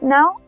Now